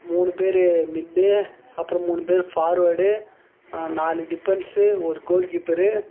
மூணு பேரு மிட்டு அப்புறம் மூணு பேர் ஃபார்வேர்டு நாலு டிபன்ஸு ஒரு கோல்கீப்பரு